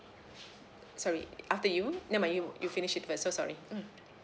sorry after you never mind you you finish it first so sorry mm